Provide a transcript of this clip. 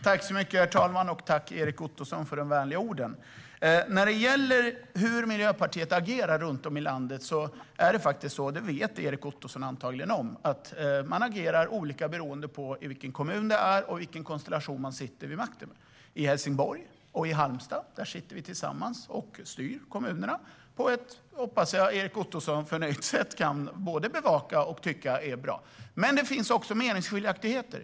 Herr talman! Tack, Erik Ottoson, för de vänliga orden! Miljöpartiet agerar olika runt om i landet, och det vet Erik Ottoson antagligen om, beroende på vilken kommun det är fråga om och vilken konstellation som sitter vid makten. I Helsingborg och i Halmstad styr vi tillsammans på ett sätt som, hoppas jag, Erik Ottoson både kan bevaka och tycka är bra. Men det finns också meningsskiljaktigheter.